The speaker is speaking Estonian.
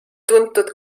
tuntud